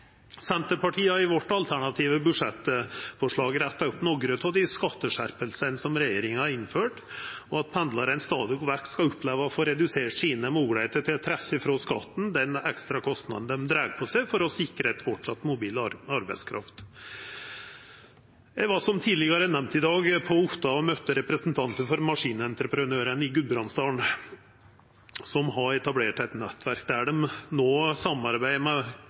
Senterpartiet har i sitt alternative budsjettforslag retta opp nokre av dei skatteskjerpingane som regjeringa har innført, og at pendlarane stadig vekk skal oppleva å få redusert sine moglegheiter til å trekkja frå skatten – den ekstra kostnaden dei dreg på seg – for framleis å sikra ei mobil arbeidskraft. Eg var, som nemnt tidlegare i dag, på Otta og møtte representantar for maskinentreprenørane i Gudbrandsdalen, som har etablert eit nettverk der. No samarbeider dei med